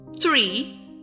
three